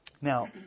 Now